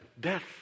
death